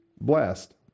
blessed